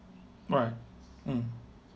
right mm